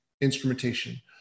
instrumentation